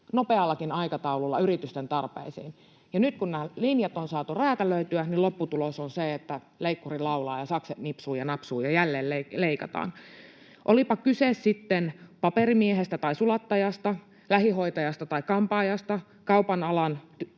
nopeallakin aikataululla yritysten tarpeisiin. Nyt kun nämä linjat on saatu räätälöityä, niin lopputulos on se, että leikkuri laulaa ja sakset nipsuvat ja napsuvat ja jälleen leikataan. Olipa kyse sitten paperimiehestä tai sulattajasta, lähihoitajasta tai kampaajasta, kaupan alan